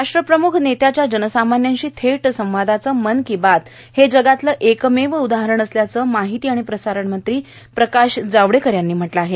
राष्ट्रप्रम्ख नेत्याच्या जनसामान्यांशी थेट संवादाचं मन की बात हे जगातलं एकमेव उदाहरण असल्याचं माहिती आणि प्रसारण मंत्री प्रकाश जावडेकर यांनी म्हटलं आहे